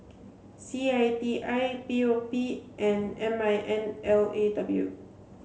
C I T I P O P and M I N L A W